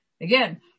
Again